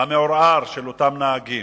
המעורער של אותם נהגים.